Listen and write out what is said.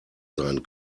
sein